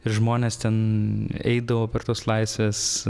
ir žmonės ten eidavo prie tos laisvės